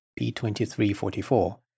P2344